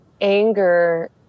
anger